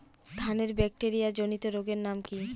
ধানের ব্যাকটেরিয়া জনিত রোগের নাম কি?